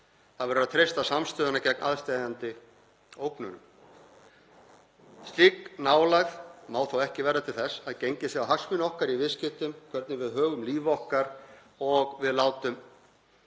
Það verður að treysta samstöðuna gegn aðsteðjandi ógnunum. Slík nálægð má þó ekki verða til þess að gengið sé á hagsmuni okkar í viðskiptum, hvernig við högum lífi okkar, að við látum eftir